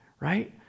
right